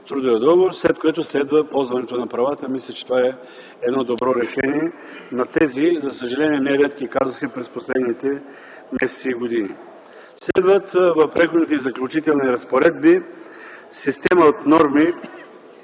трудовия договор, след което следва ползването на правата. Мисля, че това е едно добро решение на тези, за съжаление, не редки казуси през последните месеци и години. В преходните и заключителни разпоредби следва система от норми,